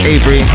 Avery